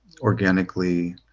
organically